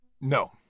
No